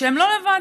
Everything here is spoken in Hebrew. שהם לא לבד.